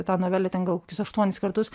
tą novelę ten gal kokius aštuonis kartus